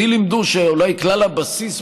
אותי לימדו שכלל הבסיס,